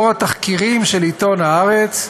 לאור התחקירים של עיתון "הארץ",